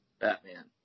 Batman